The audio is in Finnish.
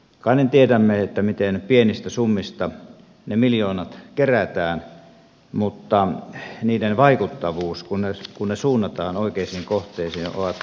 jokainen tiedämme miten pienistä summista ne miljoonat kerätään mutta niiden vaikuttavuus kun ne suunnataan oikeisiin kohteisiin on merkittävä